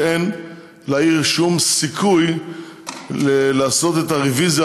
כשאין לעיר שום סיכוי לעשות את הרוויזיה